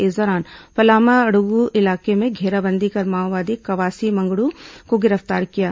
इस दौरान पालामड़गु इलाके में घेराबंदी कर माओवादी कवासी मंगडू को गिरफ्तार किया गया